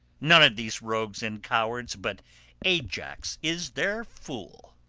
none of these rogues and cowards but ajax is their fool.